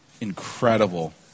incredible